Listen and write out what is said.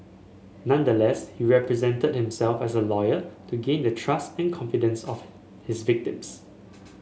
nonetheless he represented himself as a lawyer to gain the trust and confidence of his victims